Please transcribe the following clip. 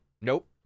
nope